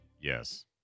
Yes